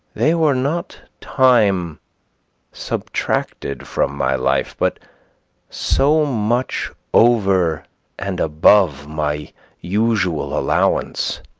they were not time subtracted from my life, but so much over and above my usual allowance.